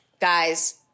guys